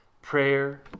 Prayer